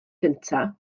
gyntaf